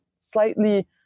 slightly